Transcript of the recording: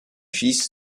fils